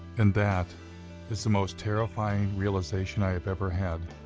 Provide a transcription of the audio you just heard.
and that is the most terrifying realization i have ever had.